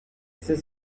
c’est